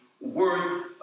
worth